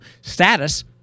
status